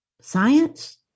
science